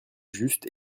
juste